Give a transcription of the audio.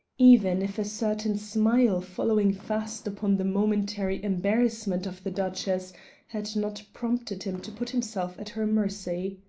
even if a certain smile following fast upon the momentary embarrassment of the duchess had not prompted him to put himself at her mercy.